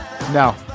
No